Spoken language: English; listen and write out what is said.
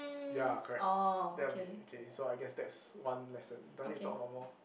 ya correct that will be okay so I guess that is one lesson do I need to talk about more